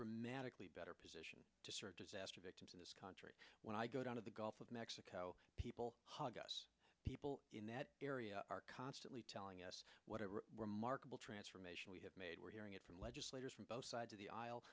dramatically better position to disaster victims in this country when i go down to the gulf of mexico people hug us people in that area are constantly telling us whatever remarkable transformation we have made we're hearing it from legislators from both sides of the aisle